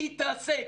תתרסק.